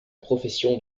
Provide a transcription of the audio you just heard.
profession